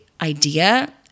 idea